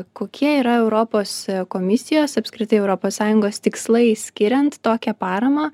kokie yra europos komisijos apskritai europos sąjungos tikslai skiriant tokią paramą